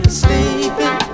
sleeping